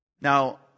Now